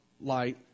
light